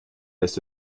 lässt